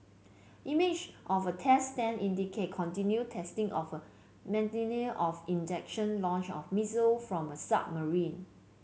image of a test stand indicated continued testing of a mechanism for ejection launch of missile from a submarine